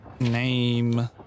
name